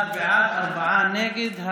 אחד בעד, ארבעה נגד.